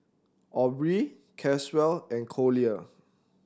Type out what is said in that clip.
Aubree Caswell and Collier